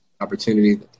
opportunity